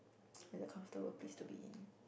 it's a comfortable place to be in